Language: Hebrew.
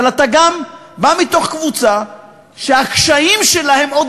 אבל אתה גם בא מתוך קבוצה שהקשיים שלה הם עוד